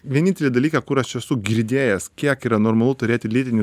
vienintelį dalyką kur aš esu girdėjęs kiek yra normalu turėti lytinių